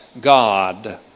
God